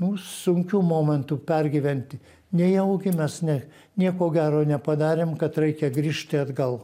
nu sunkių momentų pergyventi nejaugi mes ne nieko gero nepadarėm kad reikia grįžti atgal